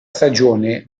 stagione